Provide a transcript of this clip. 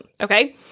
okay